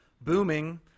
booming